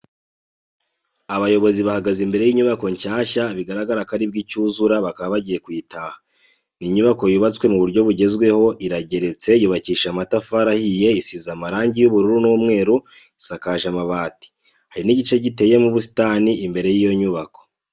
Abayobozi bahagaze imbere y'inyubako nshyashya bigaragara ko aribwo icyuzura bakaba bagiye kuyitaha. Ni inyubako yubatswe mu buryo bugezweho, irageretse yubakishije amatafari ahiye isize amarangi y'ubururu n'umweru isakaje amabati, hari n'igice giteyemo ubusitani imbere y'iyo nyubako.